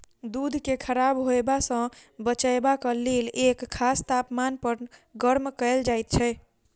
दूध के खराब होयबा सॅ बचयबाक लेल एक खास तापमान पर गर्म कयल जाइत छै